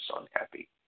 unhappy